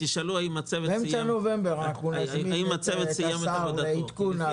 באמצע נובמבר נזמין את השר לעדכון על